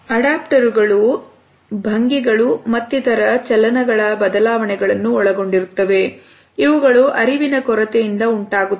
ಅಡ ಪೆರುಗಳು ಬಗ್ಗೆ ಮತ್ತು ಇತರ ಶಿಲೆಗಳಲ್ಲಿನ ಬದಲಾವಣೆಗಳನ್ನು ಒಳಗೊಂಡಿರುತ್ತವೆ ಇವುಗಳು ಅರಿವಿನ ಕೊರತೆಯಿಂದ ಉಂಟಾಗುತ್ತವೆ